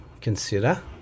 consider